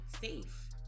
safe